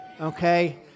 okay